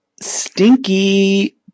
Stinky